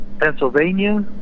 Pennsylvania